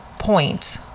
point